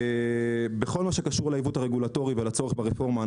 הקשור לעיוות הרגולטורי ולצורך ברפורמה,